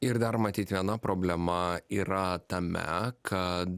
ir dar matyt viena problema yra tame kad